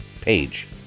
Page